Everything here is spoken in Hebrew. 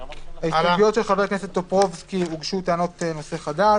להסתייגויות של חבר הכנסת טופורובסקי הוגשו טענות נושא חדש.